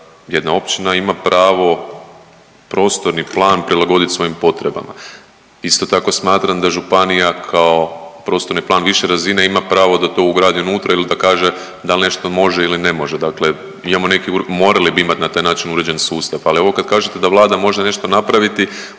jedna općina ima pravo prostorni plan prilagodit svojim potrebama. Isto tako smatram da županija kao prostorni plan više razine ima pravo da to ugradi unutra ili da kaže dal nešto može ili ne može, dakle imamo neki, morali bi imat na taj način uređen sustav, ali ovo kad kažete da Vlada može nešto napraviti,